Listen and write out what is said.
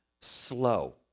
slow